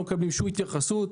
לא קבלנו שום התייחסות.